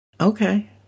okay